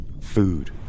Food